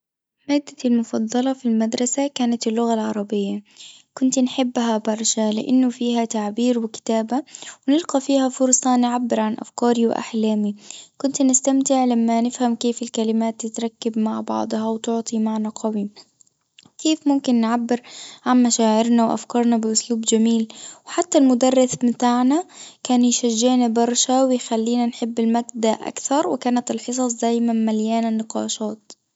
مادتي المفضلة في المدرسة كانت اللغة العربية، كنت نحبها برشا لإنه فيها تعبير وكتابة ونلقى فيها فرصة نعبر عن أفكاري وأحلامي، كنت نستمتع لما نفهم كيف الكلمات تتركب مع بعضها وتعطي معنى قوي، كيف ممكن نعبرعن مشاعرنا وأفكارنا بأسلوب جميل، حتى المدرس بتاعنا كان يشجعني برشا ويخلينا نحب المادة أكثر، وكانت الحصص دايمًا مليانة نقاشات.